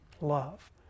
love